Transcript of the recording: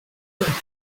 gitondo